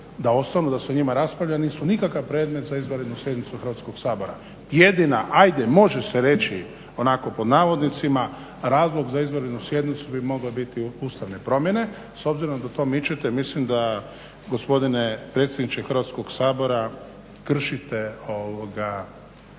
da ostanu, da se o njima raspravlja nisu nikakav predmet za izvanrednu sjednicu Hrvatskog sabora. Jedini ajde može se reći onako pod navodnicima razlog za izvanrednu sjednicu bi mogle biti ustavne promjene. S obzirom da to mičete mislim da gospodine predsjedniče Hrvatskog sabora kršite Poslovnik